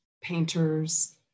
painters